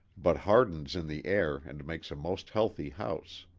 but hardens in the air and makes a most healthy house.